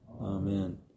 Amen